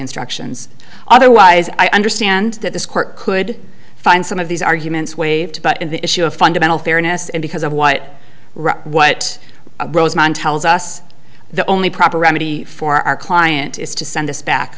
instructions otherwise i understand that this court could find some of these arguments waived but in the issue of fundamental fairness and because of what right what roseman tells us the only proper remedy for our client is to send us back